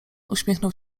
uśmiechnął